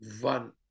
one